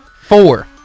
Four